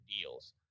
deals